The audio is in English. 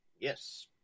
Yes